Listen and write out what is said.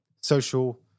social